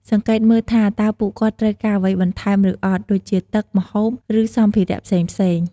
សង្កេតមើលថាតើពួកគាត់ត្រូវការអ្វីបន្ថែមឬអត់ ដូចជាទឹក ម្ហូប ឬសម្ភារៈផ្សេងៗ។